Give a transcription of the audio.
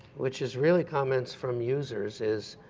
which is really comments from users is,